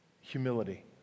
humility